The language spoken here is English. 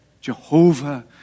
Jehovah